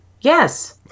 Yes